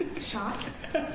Shots